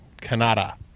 Canada